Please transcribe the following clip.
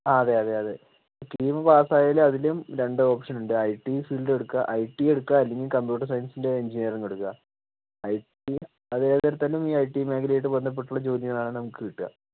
ആ അതേയതേയതേ കീം പാസ്സായാലും അതിലും രണ്ടു ഓപ്ഷൻ ഉണ്ട് ഐടി ഫീൽഡും എടുക്കാം ഐടി എടുക്ക അല്ലെങ്കിൽ കമ്പ്യൂട്ടർ സയൻസിൻ്റെ എൻജിനീയറിംഗ് എടുക്കാം ഐടി അതേതെടുത്താലും ഐടി മേഖലയായിട്ടു ബന്ധപ്പെട്ട ജോലികളാണ് നമുക്ക് കിട്ടുക